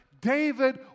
David